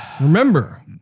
remember